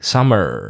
Summer